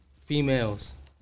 females